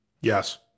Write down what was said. yes